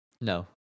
No